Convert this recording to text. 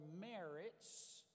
merits